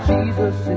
Jesus